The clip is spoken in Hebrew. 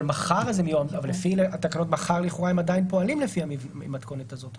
אבל התקנות לכאורה עדיין פועלות לפי המתכונת הזאת.